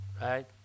right